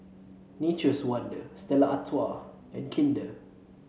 Nature's Wonder Stella Artois and Kinder